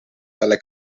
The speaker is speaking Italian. dalle